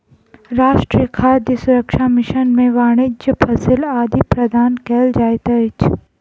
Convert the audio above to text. राष्ट्रीय खाद्य सुरक्षा मिशन में वाणिज्यक फसिल आदि प्रदान कयल जाइत अछि